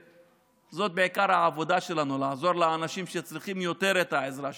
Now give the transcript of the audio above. זאת בעיקר העבודה שלנו: לעזור לאנשים שצריכים יותר את העזרה שלנו,